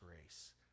grace